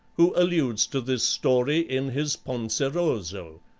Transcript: who alludes to this story in his penseroso,